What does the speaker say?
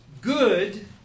Good